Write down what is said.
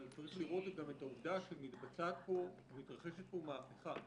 צריך לראות גם את העובדה שמתבצעת ומתרחשת פה מהפכה.